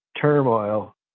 turmoil